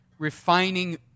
refining